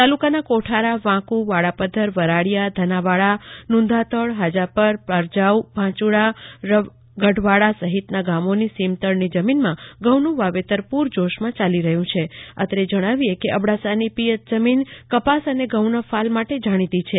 તાલુકાના કોઠારા વાંકુ વાડાપધ્ધર વરાડિયા ધનાવાડા નુંધાતડ હજાપર પ્રજાઉ ભાંચુડા રવા ગઢવાળા સહિતના ગામોની સીમતળની જમીનના ઘઉંનું વાવેતર પૂરજોશમાં ચાલી રહ્યું છે અત્રે જણાવીએ કે અબડાસાની પીયત જમીન કપાસ અને ઘઉંના ફાલ માટે જાણીતી છે